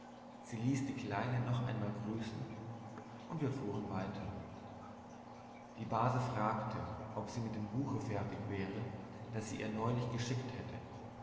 sie ließ die kleinen noch einmal grüßen und wir fuhren weiter die base fragte ob sie mit dem buche fertig wäre das sie ihr neulich geschickt hätte